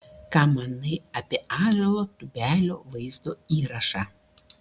ką manai apie ąžuolo tubelio vaizdo įrašą